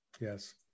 Yes